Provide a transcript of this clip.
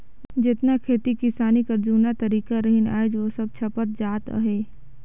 जेतना खेती किसानी कर जूना तरीका रहिन आएज ओ सब छपत जात अहे